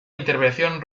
intervención